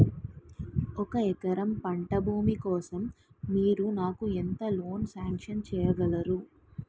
ఒక ఎకరం పంట భూమి కోసం మీరు నాకు ఎంత లోన్ సాంక్షన్ చేయగలరు?